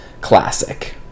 classic